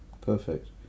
perfect